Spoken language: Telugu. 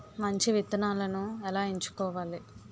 మంచి విత్తనాలను ఎలా ఎంచుకోవాలి?